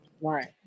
right